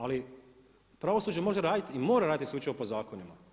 Ali pravosuđe može raditi i mora raditi isključivo po zakonima.